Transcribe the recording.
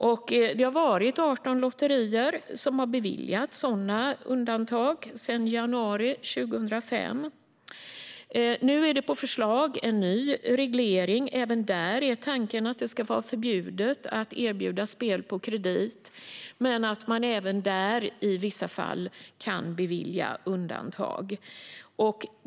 Sedan januari 2005 har 18 lotterier beviljats ett sådant undantag. Nu finns det förslag om en ny reglering, och även där är tanken att det ska vara förbjudet att erbjuda spel på kredit. Också där ska man dock i vissa fall kunna bevilja undantag.